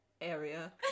area